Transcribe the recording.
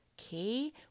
Okay